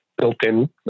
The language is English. built-in